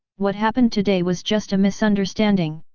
what happened today was just a misunderstanding!